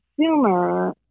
consumer